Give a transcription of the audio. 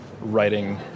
writing